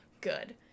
good